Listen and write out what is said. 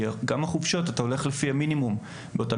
גם בחופשות אתה הולך לפי המינימום באותה